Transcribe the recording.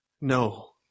No